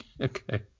Okay